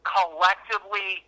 Collectively